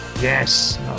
Yes